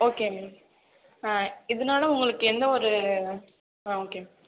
okay ma'am இதனால் உங்களுக்கு என்ன ஒரு ஆ ஓகே மேம்